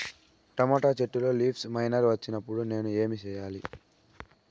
Tomato చెట్టులో leaf miner వచ్చినప్పుడు నేను ఏమి చెయ్యాలి?